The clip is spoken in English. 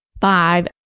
five